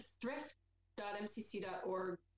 thrift.mcc.org